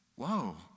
whoa